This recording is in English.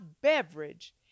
beverage